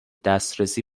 دسترسی